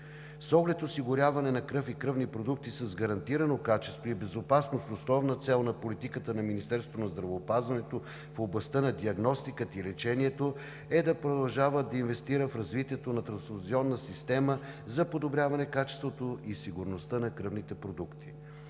С оглед осигуряване на кръв и кръвни продукти с гарантирано качество и безопасност основна цел на политиката на Министерството на здравеопазването в областта на диагностиката и лечението е да продължава да инвестира в развитието на трансфузионната система за подобряване качеството и сигурността на кръвните продукти.